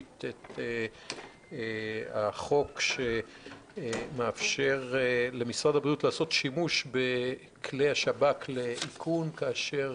את החוק שמאפשר למשרד הבריאות לעשות שימוש בכלי השב"כ לאיכון כאשר